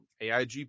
aig